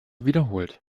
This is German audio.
wiederholt